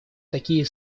такие